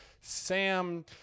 Sam